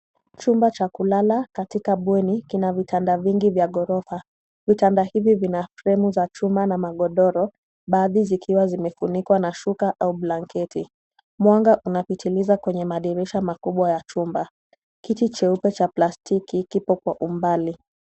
Chumba cha kulala katika bweni kina vitanda vingi vya gorofa, vitanda hivi vina fomu za chuma na magodoro baadhi zikiwa zimefunikwa na shuka au blanketi, mwanga una timiza katika madirisha makubwa ya chumba. Kiti cha plastiki kipo kwa umbali.